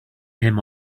him